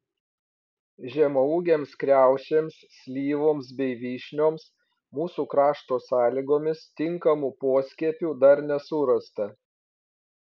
žemaūgėms kriaušėms slyvoms bei vyšnioms mūsų krašto sąlygomis tinkamų poskiepių dar nesurasta